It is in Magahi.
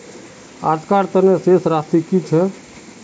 आजकार तने शेष राशि कि छे?